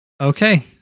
okay